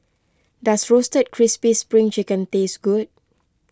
does Roasted Crispy Spring Chicken taste good